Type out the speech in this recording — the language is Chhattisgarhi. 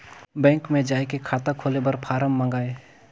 बैंक मे जाय के खाता खोले बर फारम मंगाय?